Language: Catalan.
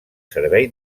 servei